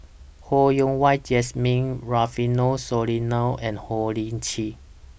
Ho Yen Wah Jesmine Rufino Soliano and Ho Lee Ling